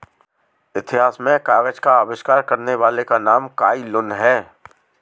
इतिहास में कागज का आविष्कार करने वाले का नाम काई लुन है